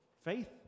faith